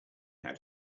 had